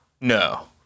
No